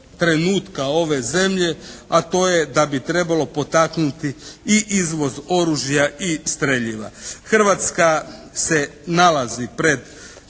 trenutka ove zemlje, a to je da bi trebalo potaknuti i izvoz oružja i streljiva. Hrvatska se nalazi pred